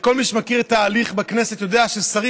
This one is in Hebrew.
שכל מי שמכיר את ההליך בכנסת יודע ששרים